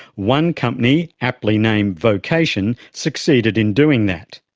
one company, aptly named vocation, succeeded in doing that.